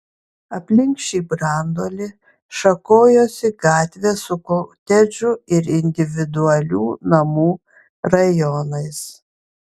aplink šį branduolį šakojosi gatvės su kotedžų ir individualių namų rajonais